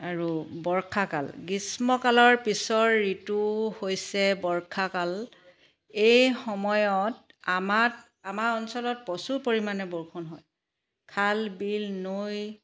আৰু বৰ্ষাকাল গ্ৰীষ্মকালৰ পিছৰ ঋতু হৈছে বৰ্ষাকাল এই সময়ত আমাত আমাৰ অঞ্চলত প্ৰচুৰ পৰিমাণে বৰষুণ হয় খাল বিল নৈ